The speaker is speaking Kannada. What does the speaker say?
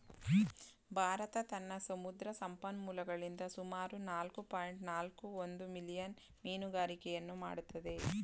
ಭಾರತ ತನ್ನ ಸಮುದ್ರ ಸಂಪನ್ಮೂಲಗಳಿಂದ ಸುಮಾರು ನಾಲ್ಕು ಪಾಯಿಂಟ್ ನಾಲ್ಕು ಒಂದು ಮಿಲಿಯನ್ ಮೀನುಗಾರಿಕೆಯನ್ನು ಮಾಡತ್ತದೆ